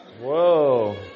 Whoa